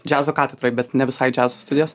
džiazo katedroj bet ne visai džiazo studijas